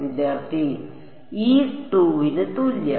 വിദ്യാർത്ഥി e 2 ന് തുല്യം